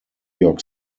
york